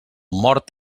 mort